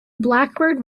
blackbird